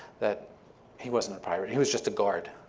that he wasn't a pirate. he was just a guard.